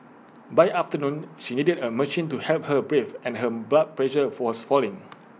by afternoon she needed A machine to help her breathe and her blood pressure was falling